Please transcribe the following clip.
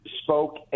spoke